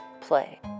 play